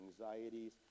anxieties